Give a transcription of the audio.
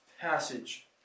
passage